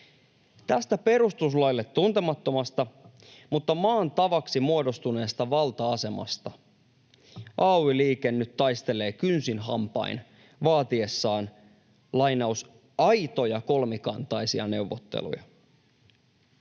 Tästä perustuslaille tuntemattomasta mutta maan tavaksi muodostuneesta valta-asemasta ay-liike nyt taistelee kynsin hampain vaatiessaan ”aitoja kolmikantaisia neuvotteluja”.